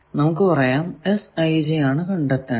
നമുക്ക് പറയാം ആണ് കണ്ടെത്തേണ്ടത്